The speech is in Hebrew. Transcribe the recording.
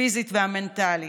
הפיזית והמנטלית.